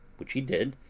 which he did,